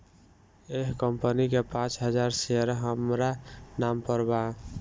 एह कंपनी के पांच हजार शेयर हामरा नाम पर बा